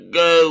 go